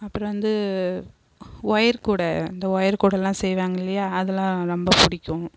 அப்புறம் வந்து ஒயர் கூடை அந்த ஒயர் கூடைலாம் செய்வாங்க இல்லையா அதலாம் ரொம்ப பிடிக்கும்